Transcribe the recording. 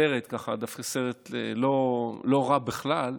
דווקא סרט לא רע בכלל.